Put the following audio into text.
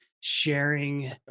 sharing